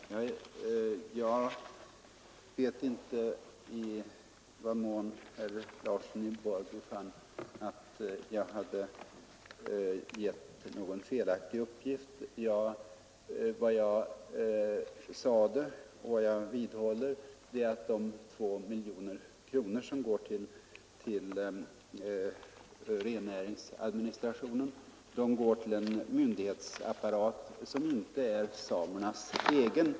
Herr talman! Jag fick inte klart för mig i vilket avseende herr Larsson i Borrby ansåg att jag hade lämnat felaktiga uppgifter. Vad jag sade var — och det vidhåller jag — att de 2 miljoner kronor som anslås till rennäringsadministrationen går till en myndighetsapparat som inte är samernas egen.